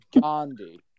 Gandhi